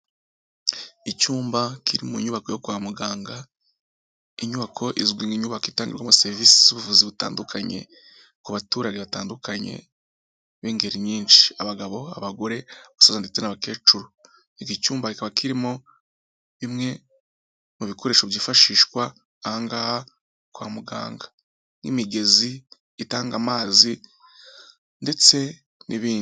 Icyumba kiri mu nyubako yo kwa muganga, inyubako izwi nk'inyubako itangirwamo serivise z'ubuvuzi butandukanye ku baturage batandukanye b'ingeri nyinshi abagabo, abagore, basoza ndetse n'abakecuru, iki cyumba kikaba kirimo bimwe mu bikoresho byifashishwa aha ngaha kwa muganga nk'imigezi itanga amazi ndetse n'ibindi.